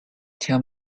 tell